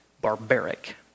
barbaric